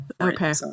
Okay